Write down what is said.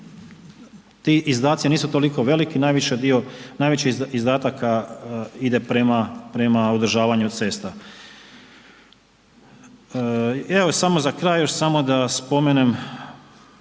ti izdaci nisu toliko veliki, najviši dio, najveći izdataka ide prema, prema održavanju cesta. Evo samo za kraj još samo da spomenem